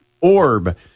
orb